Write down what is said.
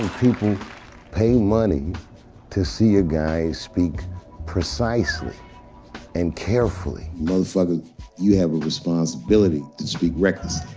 and people pay money to see a guy speak precisely and carefully most other you have a responsibility to speak recklessly.